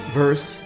verse